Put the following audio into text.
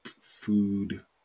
food